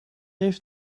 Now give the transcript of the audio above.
heeft